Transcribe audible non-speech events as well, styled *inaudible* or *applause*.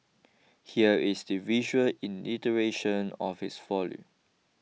here is the visual *unintelligible* of his folly